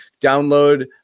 download